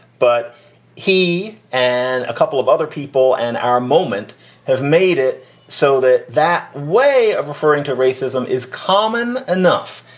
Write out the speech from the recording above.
but he and a couple of other people and our moment have made it so that that way of referring to racism is common enough.